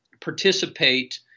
participate